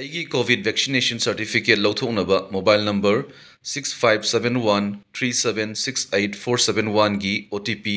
ꯑꯩꯒꯤ Covid vaccination certificate ꯂꯧꯊꯣꯛꯅꯕ mobile number six five seven one three seven six eight four seven ꯋꯥꯟꯒꯤ O T ꯄꯤ